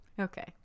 Okay